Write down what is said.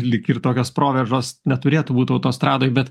lyg ir tokios provėžos neturėtų būt autostradoj bet